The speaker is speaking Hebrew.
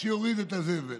שיוריד את הזבל.